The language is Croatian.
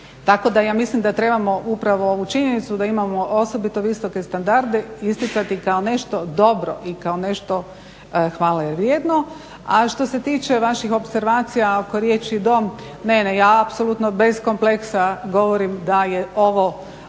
Tako da ja mislim da trebamo upravo ovu činjenicu da imamo osobito visoke standarde isticati kao nešto dobro i kao nešto hvalevrijedno. A što se tiče vaših opservacija oko riječi dom, ne, ne ja apsolutno bez kompleksa govorim da je ovo